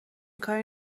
کاری